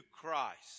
Christ